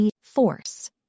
force